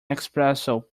espresso